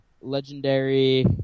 Legendary